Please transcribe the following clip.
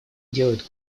делают